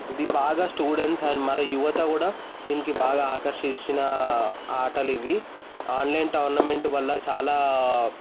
ఇది బాగా students and మరి యువత కూడా దీనికి బాగా ఆకర్షించినా ఆటలు ఇవి ఆన్లైన్ టోర్నమెంట్ వల్ల చాలా